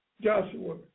Joshua